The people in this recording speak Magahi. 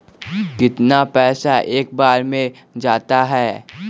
कितना पैसा एक बार में जाता है?